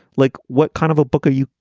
like, what kind of a book are you?